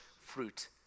fruit